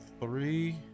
three